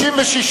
הצעה לסדר-היום.